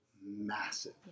massive